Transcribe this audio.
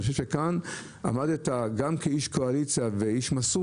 פה עמדת גם כאיש קואליציה ואיש מסור